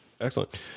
Excellent